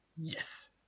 Yes